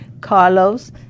Carlos